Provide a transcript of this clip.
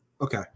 Okay